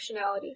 functionality